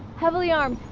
heavily armed.